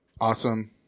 Awesome